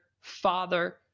father